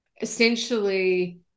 essentially